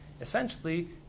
essentially